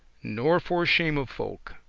nor for shame of folk,